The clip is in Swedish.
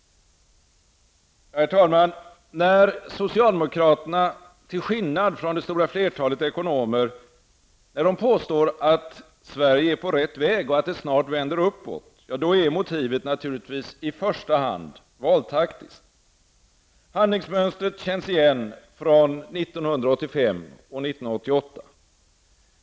Herr talman! När socialdemokraterna -- till skillnad från det stora flertalet ekonomer -- påstår att Sverige är på rätt väg och att det snart vänder uppåt, är motivet naturligtvis i första hand valtaktiskt. Handlingsmönstret känns igen från 1985 och 1988.